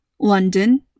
London